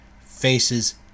faces